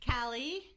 Callie